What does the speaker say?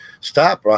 stop